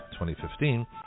2015